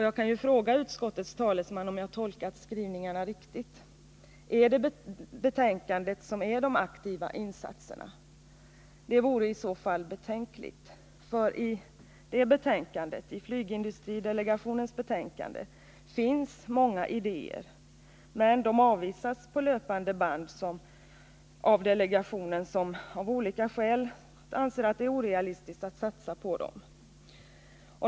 Jag vill fråga utskottets talesman om jag har tolkat skrivningarna riktigt. Är det betänkandet som utgör de aktiva insatserna? Det är betänkligt om så är fallet. I flygindustridelegationens betänkande finns många idéer, men de avfärdas på löpande band av delegationen, som av olika skäl anser det orealistiskt att satsa på dem.